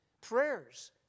prayers